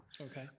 Okay